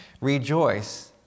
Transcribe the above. Rejoice